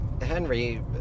Henry